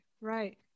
Right